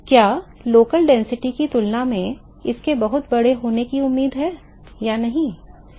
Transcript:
क्या स्थानीय घनत्व की तुलना में इसके बहुत बड़े होने की उम्मीद है या नहीं